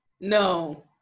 no